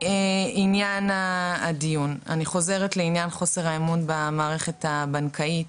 לעניין הדיון: אני חוזרת לעניין חוסר האמון במערכת הבנקאית